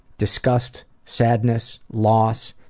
disgust, sadness, loss,